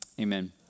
amen